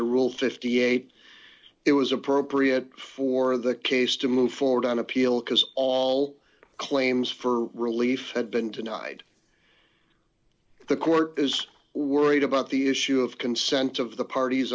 the rule fifty eight it was appropriate for the case to move forward on appeal because all claims for relief had been denied the court is worried about the issue of consent of the parties